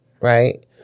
right